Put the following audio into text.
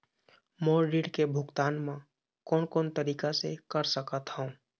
मोर ऋण के भुगतान म कोन कोन तरीका से कर सकत हव?